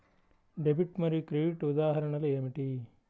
Debit మరియు credit ఉదాహరణలు ఏమిటీ?